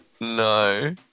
no